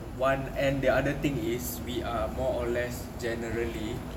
one and the other thing is we are more or less generally